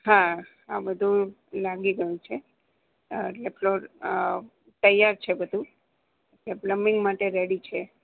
હા આ બધું લાગી ગયું છે એટલે ફ્લોર તૈયાર છે બધું એ પ્લમ્બિંગ માટે રેડી છે